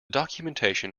documentation